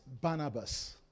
Barnabas